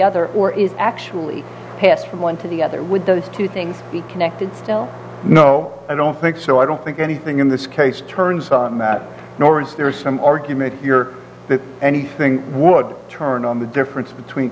other or is actually passed from one to the other with those two things be connected still no i don't think so i don't think anything in this case turns on that nor is there is some argument here that anything would turn on the difference between